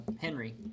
Henry